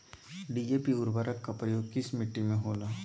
DAP उर्वरक का प्रयोग किस मिट्टी में होला?